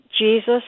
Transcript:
Jesus